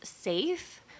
safe